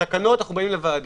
בתקנות אנחנו באים לוועדה.